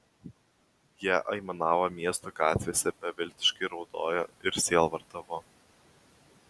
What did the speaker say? jie aimanavo miesto gatvėse beviltiškai raudojo ir sielvartavo